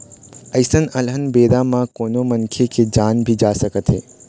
अइसन अलहन बेरा म कोनो मनखे के जान भी जा सकत हे